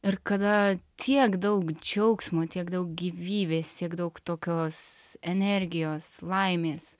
ir kada tiek daug džiaugsmo tiek daug gyvybės tiek daug tokios energijos laimės